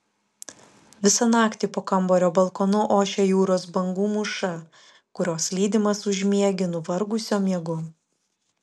visą naktį po kambario balkonu ošia jūros bangų mūša kurios lydimas užmiegi nuvargusio miegu